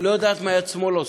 לא יודעת מה יד שמאל עושה.